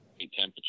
temperature